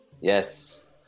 yes